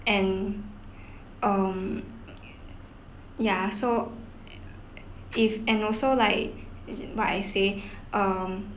and um uh ya so uh if and also like as in what I say um